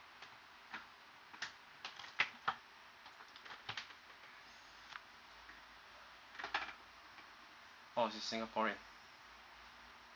orh is singaporean